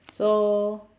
so